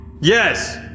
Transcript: yes